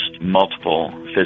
multiple